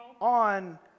on